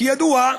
כידוע,